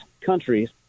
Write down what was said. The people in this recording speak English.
countries